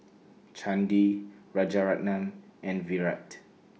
Chandi Rajaratnam and Virat